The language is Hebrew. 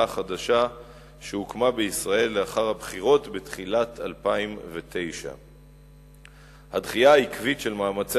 החדשה שהוקמה בישראל לאחר הבחירות בתחילת 2009. הדחייה העקבית של מאמצי